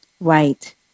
Right